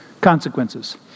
consequences